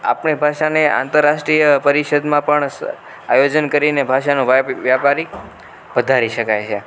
આપણી ભાષાને આંતરરાષ્ટ્રીય પરિષદમાં પણ આયોજન કરીને ભાષાનો વ્યાપ આ રીતે વધારી શકાય છે